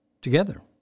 Together